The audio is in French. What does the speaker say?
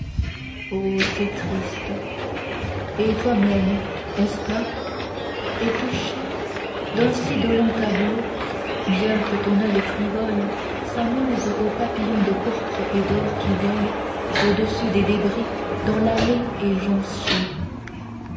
oh c'est triste et toi-même est-ce pas es touchée d'un si dolent tableau bien que ton oeil frivole s'amuse au papillon de pourpre et d'or qui vole au-dessus des débris dont l'allée est jonchée